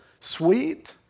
sweet